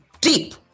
deep